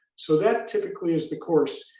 so that typically is the course.